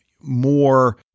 more